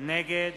נגד